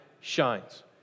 shines